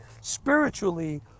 spiritually